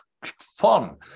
fun